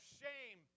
shame